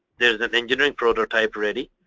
there is an engineering prototype ready.